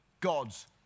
God's